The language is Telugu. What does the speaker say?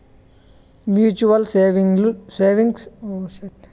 మ్యూచువల్ సేవింగ్స్ బ్యాంకీలు డిపాజిటర్ యాజమాన్యంల ఉండాయి